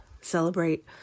celebrate